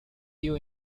you